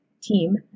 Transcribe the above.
team